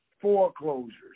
foreclosures